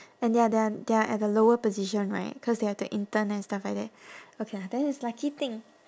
and they are they are they are at the lower position right cause they have to intern and stuff like that okay lah then it's lucky thing